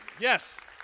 yes